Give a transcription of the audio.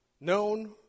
known